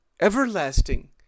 everlasting